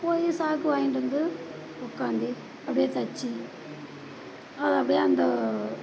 போய் சாக்கு வாங்கிட்டு வந்து உக்காந்து அப்படியே தச்சு அதை அப்படியே அந்த